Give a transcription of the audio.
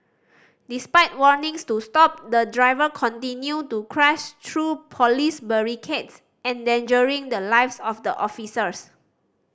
despite warnings to stop the driver continued to crash through police barricades endangering the lives of the officers